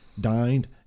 dined